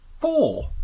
four